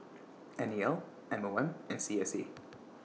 N E L M O M and C S C